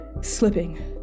slipping